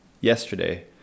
yesterday